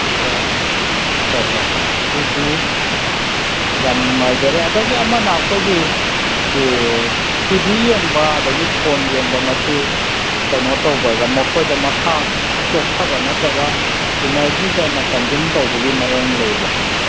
ꯑꯣ ꯍꯣꯏ ꯍꯣꯏ ꯑꯗꯨꯗꯤ ꯌꯥꯝ ꯅꯨꯡꯉꯥꯏꯖꯔꯦ ꯑꯗꯒꯤ ꯑꯃꯅ ꯑꯩꯈꯣꯏꯒꯤ ꯇꯤ ꯚꯤ ꯌꯦꯡꯕ ꯑꯗꯒꯤ ꯐꯣꯟ ꯌꯦꯡꯕ ꯃꯁꯤ ꯀꯩꯅꯣ ꯇꯧꯕꯔ ꯃꯈꯣꯏꯗ ꯃꯁꯥ ꯆꯣꯛꯊꯕ ꯅꯠꯇ꯭ꯔꯒ ꯏꯅꯔꯖꯤ ꯍꯦꯟꯅ ꯀꯟꯖꯨꯝ ꯇꯧꯕꯒꯤ ꯃꯑꯣꯡ ꯂꯩꯕ꯭ꯔꯥ